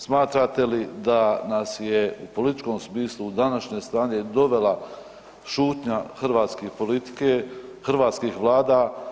Smatrate li da nas je u političkom smislu današnje stanje dovela šutnja hrvatske politike, hrvatskih Vlada.